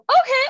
okay